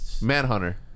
Manhunter